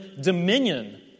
dominion